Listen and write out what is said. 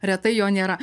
retai jo nėra